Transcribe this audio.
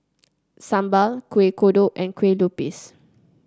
sambal Kuih Kodok and Kueh Lupis